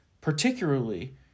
particularly